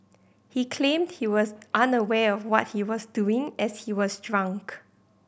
he claimed he was unaware of what he was doing as he was drunk